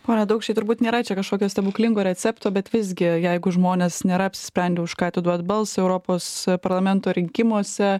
pone daukšai turbūt nėra čia kažkokio stebuklingo recepto bet visgi jeigu žmonės nėra apsisprendę už ką atiduot balsą europos parlamento rinkimuose